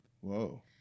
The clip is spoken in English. whoa